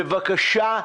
בבקשה,